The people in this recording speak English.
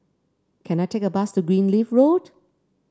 can I take a bus to Greenleaf Road